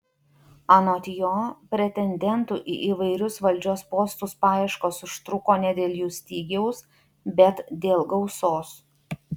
anot jo pretendentų į įvairius valdžios postus paieškos užtruko ne dėl jų stygiaus bet dėl gausos